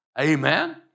Amen